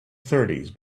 thirties